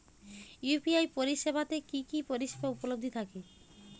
UPI পরিষেবা তে কি কি পরিষেবা উপলব্ধি থাকে?